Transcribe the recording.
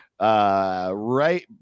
right